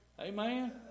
Amen